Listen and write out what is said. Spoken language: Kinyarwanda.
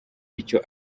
icyo